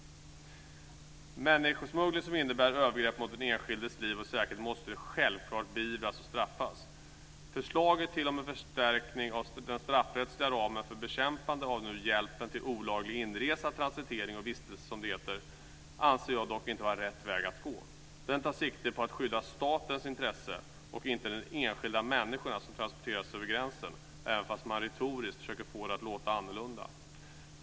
Människosmuggling som innebär ett övergrepp mot den enskildes liv och säkerhet måste självklart beivras och straffas. Att föreslå en förstärkning av den straffrättsliga ramen för bekämpande av hjälpen till olaglig inresa, transitering och vistelse, som det heter, anser jag dock inte vara rätt väg att gå. Förslaget tar sikte på att skydda statens intressen och inte den enskilda människa som transporteras över gränsen, även om man retoriskt försöker få det att låta annorlunda.